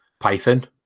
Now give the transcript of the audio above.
Python